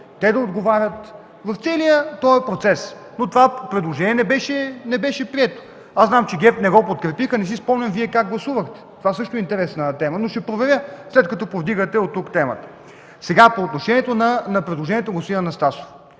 те да отговарят – в целия този процес, но това предложение не беше прието. Аз знам, че ГЕРБ не го подкрепиха, не си спомням Вие как гласувахте. Това също е интересна тема, но ще проверя, след като повдигате темата оттук. По отношение на предложението на господин Анастасов.